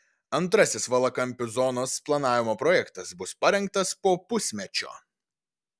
antrasis valakampių zonos planavimo projektas bus parengtas po pusmečio